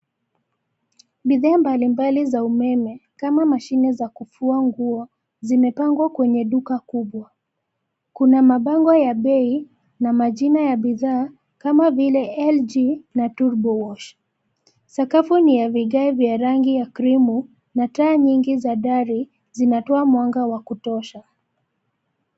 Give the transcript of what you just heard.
Bidhaa mbalimbali za umeme kama mashine za kufua nguo, zimepangwa kwenye duka kubwa. Kuna mabango ya bei na majina ya bidhaa kama vile LG na turbo wash . Sakafu ni ya vigae vya rangi ya krimu na taa nyingi za dari zinatoa mwanga wa kutosha.